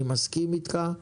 אני מסכים אתך,